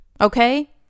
okay